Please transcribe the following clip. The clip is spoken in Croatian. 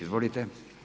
Izvolite.